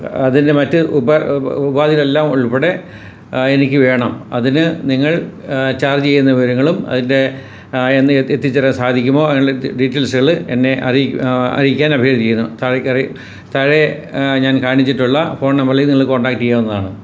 അതിൻ്റെ മറ്റ് ഉപ ഉ ഉപാധികളെല്ലാം ഉൾപ്പടെ എനിക്ക് വേണം അതിന് നിങ്ങൾ ചാർജ് ചെയ്യുന്ന വിവരങ്ങളും അതിൻ്റെ ആ എന്ന് എത്ത് എത്തിച്ച് തരാൻ സാധിക്കുമോ അതിനുള്ള ദ് ഡീറ്റൈൽസുകൾ എന്നെ അറിയിക്കുക അറിയിക്കാൻ അഭ്യർത്ഥിക്കുന്നു താഴെ കറി താഴെ ഞാൻ കാണിച്ചിട്ടുള്ള ഫോൺ നമ്പറിൽ നിങ്ങൾ കോൺടാക്ട് ചെയ്യാവുന്നതാണ്